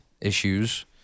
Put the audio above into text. issues